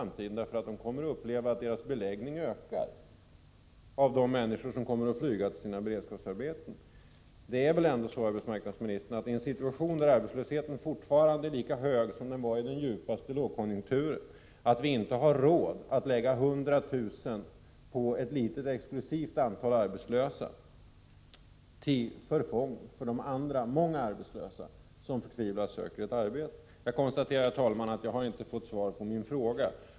Man kommer ju att uppleva en ökad beläggning genom att människor kommer att behöva flyga till sina beredskapsarbeten. Det är väl ändå så, arbetsmarknadsministern, att vi i en situation där arbetslösheten fortfarande är lika hög som den var under den djupaste lågkonjunkturen inte har råd att lägga ned 100 000 kr. på ett litet exklusivt antal arbetslösa, till förfång för de andra arbetslösa som är många till antalet och som förtvivlat söker ett arbete. Jag konstaterar, herr talman, att jag inte har fått svar på min fråga.